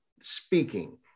speaking